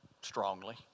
strongly